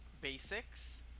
basics